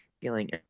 feeling